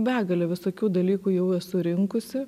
begalę visokių dalykų jau esu rinkusi